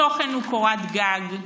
התוכן הוא קורת גג,